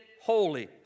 holy